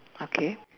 okay